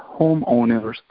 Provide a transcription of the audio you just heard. homeowners